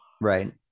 right